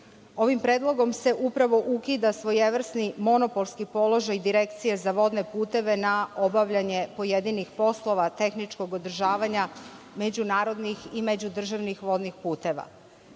Ovim predlogom se upravo ukida svojevrsni monopolski položaj Direkcije za vodne puteve na obavljanje pojedinih poslova tehničkog održavanja međunarodnih i međudržavnih vodnih puteva.